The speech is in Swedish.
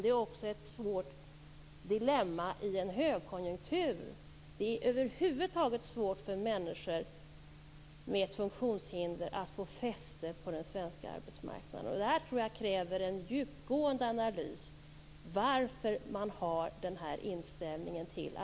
Det är också ett svårt dilemma i en högkonjunktur. Det är över huvud taget svårt för människor med funktionshinder att få fäste på den svenska arbetsmarknaden. Varför denna inställning till arbetshandikappade finns kräver en djupgående analys.